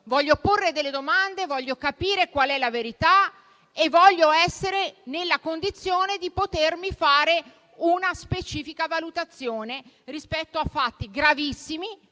voglio porre delle domande; voglio capire qual è la verità e voglio essere nella condizione di potermi fare una specifica valutazione rispetto a fatti gravissimi